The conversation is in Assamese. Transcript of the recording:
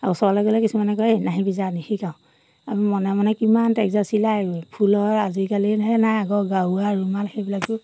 আৰু ওচৰলৈ গ'লে কিছুমানে কয় এই নাহিবি যা নিশিকাওঁ আমি মনে মনে কিমান টেক্জা চিলাই ফুলৰ আজিকালিহে নাই আগৰ গাওৱা ৰুমাল সেইবিলাকো